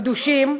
גדושים,